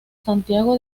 santiago